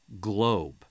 globe